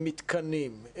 עם מתקנים,